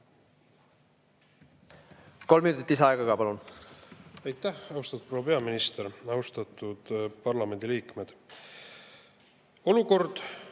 Kolm minutit lisaaega ka, palun! Aitäh! Austatud proua peaminister! Austatud parlamendiliikmed! Olukord